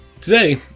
Today